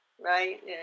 right